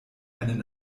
einen